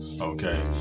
okay